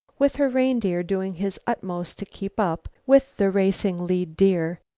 with her reindeer doing his utmost to keep up with the racing lead-deer,